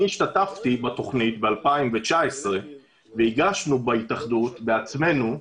אני השתתפתי בתוכנית ב-2019 והגשנו אנחנו בעצמנו להתאחדות,